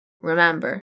Remember